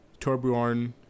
Torbjorn